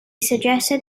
suggested